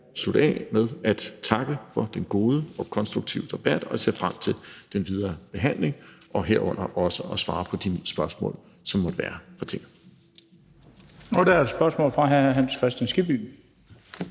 slutte af med at takke for den gode og konstruktive debat og ser frem til den videre behandling, herunder også at svare på de spørgsmål, som måtte være fra Tinget. Kl. 13:35 Den fg. formand (Bent